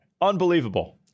Unbelievable